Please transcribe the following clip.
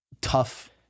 tough